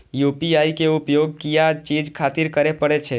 UPI के उपयोग किया चीज खातिर करें परे छे?